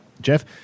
Jeff